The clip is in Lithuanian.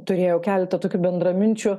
turėjau keletą tokių bendraminčių